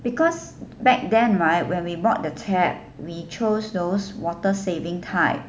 because back then right when we brought the tap we chose those water saving type